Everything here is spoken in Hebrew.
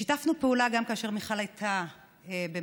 שיתפנו פעולה גם כאשר מיכל הייתה במרכזי